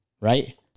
right